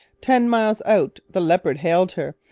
ten miles out the leopard hailed her,